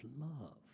Love